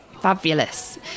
Fabulous